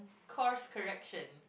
course correction